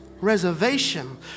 reservation